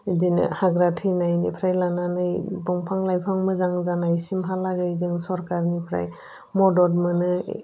बिदिनो हाग्रा थैनायनिफ्राय लानानै बिफां लाइफां मोजां जानायसिम हालागै जों सोरखारनिफ्राय मदद मोनो